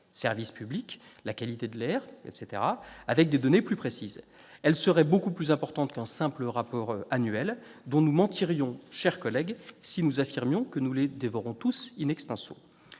service public, la qualité de l'air, etc., avec des données plus précises. Elle serait beaucoup plus importante que de simples rapports annuels, dont nous mentirions, mes chers collègues, si nous affirmions que nous les dévorons tous ...